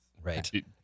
Right